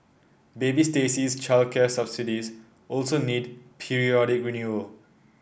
baby Stacey's childcare subsidies also need periodic renewal